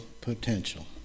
potential